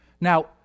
Now